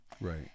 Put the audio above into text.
Right